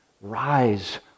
rise